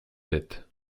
tête